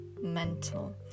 mental